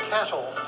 Cattle